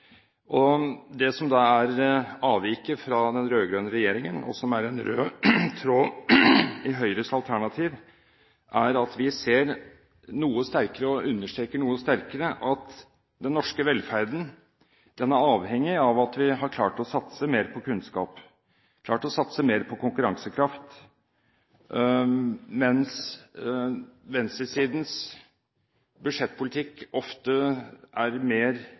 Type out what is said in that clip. tenkning. Det som er avviket fra den rød-grønne regjeringen, og som er en rød tråd i Høyres alternativ, er at vi ser noe sterkere og understreker noe sterkere at den norske velferden er avhengig av at vi har klart å satse mer på kunnskap og konkurransekraft, mens venstresidens budsjettpolitikk ofte er mer